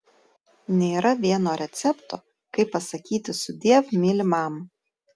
nėra vieno recepto kaip pasakyti sudiev mylimam